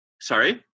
Sorry